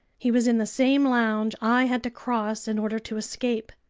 he was in the same lounge i had to cross in order to escape.